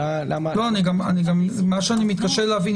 אני מתקשה להבין.